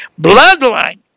bloodline